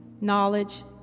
knowledge